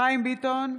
חיים ביטון,